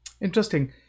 Interesting